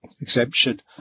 exemption